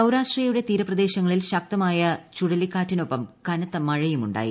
സൌരാഷ്ട്രയുടെ തീരപ്രദേശങ്ങളിൽ ശക്തിയായ ചുഴലിക്കാറ്റിനൊപ്പം കനത്ത മഴയും ഉണ്ടായി